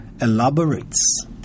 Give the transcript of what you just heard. elaborates